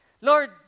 Lord